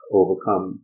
overcome